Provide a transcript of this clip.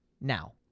Now